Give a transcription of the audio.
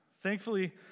Thankfully